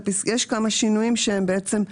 יש כמה שינויים שהם בעצם,